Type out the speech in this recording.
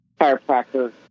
chiropractor